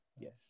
Yes